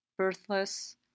birthless